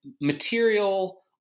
material